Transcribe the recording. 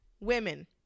women